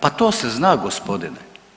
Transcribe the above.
Pa to se zna, gospodine!